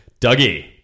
Dougie